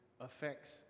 affects